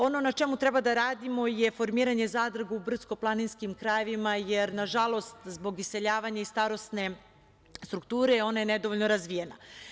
Ono na čemu treba da radimo je formiranje zadruge u brdsko-planinskim krajevima, jer nažalost, zbog iseljavanja i starosne strukture ona je nedovoljno razvijena.